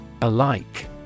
Alike